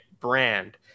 brand